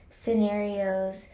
scenarios